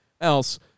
else